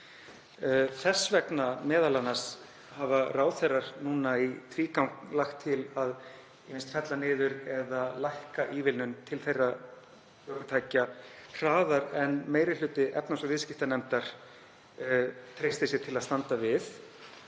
Þess vegna m.a. hafa ráðherrar í tvígang lagt til að ýmist fella niður eða draga úr ívilnun til þeirra ökutækja hraðar en meiri hluti efnahags- og viðskiptanefndar treysti sér til að standa við.